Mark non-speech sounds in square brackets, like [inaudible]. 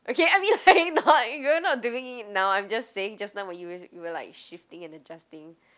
okay I mean [laughs] like not you're not doing it now I'm just saying just now when you were like shifting and adjusting